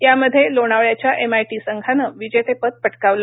यामध्ये लोणावळ्याच्या एमआयटी संघानं विजेतेपद पटकावलं